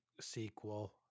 sequel